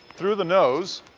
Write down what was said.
through the nose,